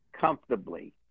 comfortably